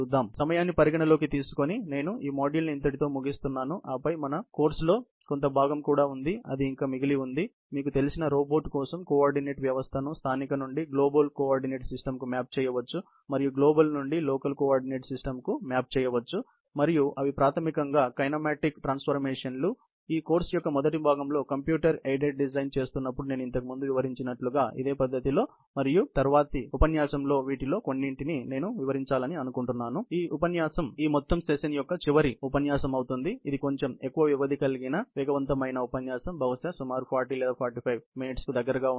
కాబట్టి సమయాన్ని పరిగణలోకి తీసుకొని నేను ఈ మాడ్యూల్ ని ఇంతటితో ముగిస్తున్నాను ఆపై మనకు కోర్సులో కొంత భాగం కూడా ఉంది అది ఇంకా మిగిలి ఉంది మీకు తెలిసిన రోబోట్ కోసం కో ఆర్డినేట్ వ్యవస్థను స్థానిక నుండి గ్లోబల్ కోఆర్డినేట్ సిస్టమ్కు మ్యాప్ చేయవచ్చు మరియు గ్లోబల్ నుండి లోకల్ కోఆర్డినేట్ సిస్టమ్కు మ్యాప్ చేయవచ్చు మరియు అవి ప్రాథమికంగా కైనమాటిక్ పరివర్తనాలు ఈ కోర్సు యొక్క మొదటి భాగంలో కంప్యూటర్ ఎయిడెడ్ డిజైన్ చేస్తున్నప్పుడు నేను ఇంతకు ముందు వివరించినట్లుగా ఇదే పద్ధతిలో మరియు తరువాతి ఉపన్యాసంలో వీటిలో కొన్నింటిని నేను వివరించాలని అనుకుంటున్నాను కానీ ఈ ఉపన్యాసం ఈ మొత్తం సెషన్ యొక్క చివరి ఉపన్యాసం అవుతుంది ఇది కొంచెం ఎక్కువ వ్యవధి కలిగిన వేగవంతమైన ఉపన్యాసం బహుశా సుమారు 40 లేదా 45 నిమిషాలకు దగ్గరగా ఉంటుంది